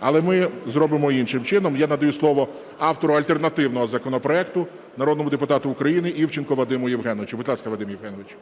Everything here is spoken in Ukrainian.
Але ми зробимо іншим чином. Я надаю слово автору альтернативного законопроекту народному депутату України Івченку Вадиму Євгеновичу. Будь ласка, Вадиме Євгеновичу.